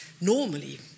Normally